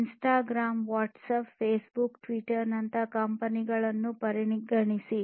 Instagram WhatsApp Facebook Twitter ನಂತಹ ಕಂಪನಿಗಳನ್ನು ಪರಿಗಣಿಸಿ